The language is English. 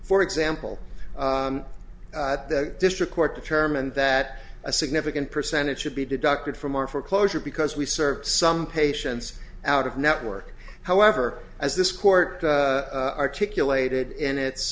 for example at the district court determined that a significant percentage should be deducted from our foreclosure because we serve some patients out of network however as this court articulated in